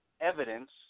evidence